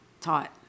taught